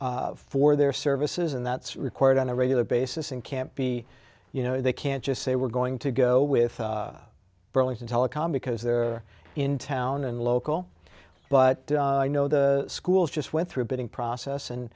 bidding for their services and that's required on a regular basis and can't be you know they can't just say we're going to go with burlington telecom because they're in town and local but i know the schools just went through a bidding process and